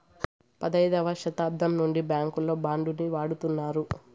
పదైదవ శతాబ్దం నుండి బ్యాంకుల్లో బాండ్ ను వాడుతున్నారు